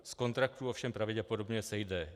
Z kontraktů ovšem pravděpodobně sejde.